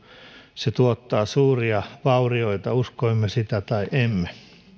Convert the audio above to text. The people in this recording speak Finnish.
se tuottaa suuria vaurioita uskoimme sitä tai emme